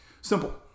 Simple